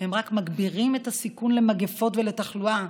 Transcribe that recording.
רק מגבירים את הסיכון למגפות ולתחלואה.